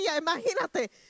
imagínate